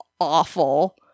awful